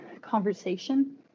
conversation